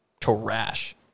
trash